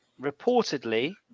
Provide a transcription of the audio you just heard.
reportedly